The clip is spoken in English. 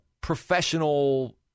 professional